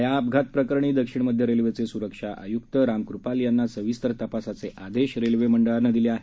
या अपघात प्रकरणी दक्षिण मध्य रेल्वेचे सुरक्षा आयुक्त रामकृपाल यांना सविस्तर तपासाचे आदेश रेल्वे मंडळानं दिले आहेत